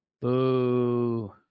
Boo